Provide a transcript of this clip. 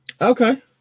Okay